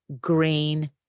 green